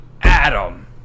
Adam